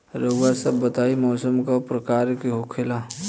रउआ सभ बताई मौसम क प्रकार के होखेला?